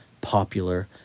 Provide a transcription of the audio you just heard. popular